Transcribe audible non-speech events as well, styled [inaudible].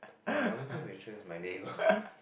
[noise] no I don't think Rachel is my neighbour [laughs]